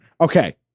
Okay